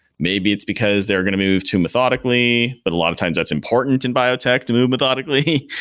maybe it's because they're going to move to methodically, but a lot of times that's important in biotech to move methodically,